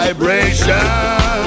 Vibration